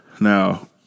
Now